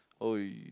oi